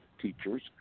teachers